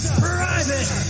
private